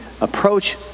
approach